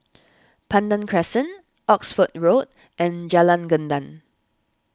Pandan Crescent Oxford Road and Jalan Gendang